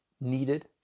needed